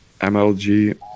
MLG